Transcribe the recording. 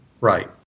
Right